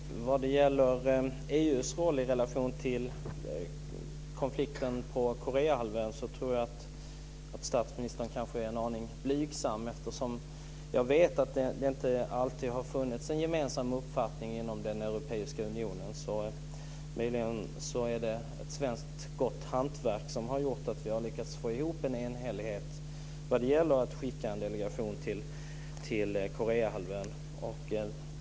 Fru talman! Vad gäller EU:s roll i relation till konflikten på Koreahalvön tror jag att statsministern kanske är en aning blygsam, eftersom jag vet att det inte alltid har funnits en gemensam uppfattning inom den europeiska unionen. Möjligen är det ett svenskt gott hantverk som har gjort att vi har lyckats få en enhällighet vad gäller att skicka en delegation till Koreahalvön.